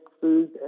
food